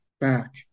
back